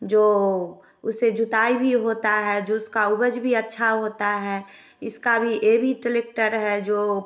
जो उससे जोताई भी होता है जो उसका उपज भी अच्छा होता है इसका भी ये भी टलेक्टर है जो